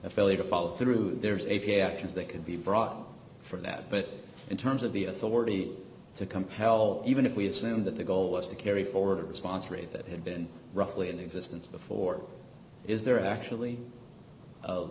failure to follow through there's a pay actions that could be brought for that but in terms of the authority to compel even if we assume that the goal was to carry forward a response rate that had been roughly in existence before is there actually